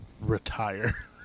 retire